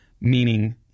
meaning